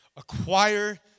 Acquire